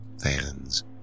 fans